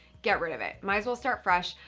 get rid of it, might as well start fresh.